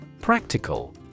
Practical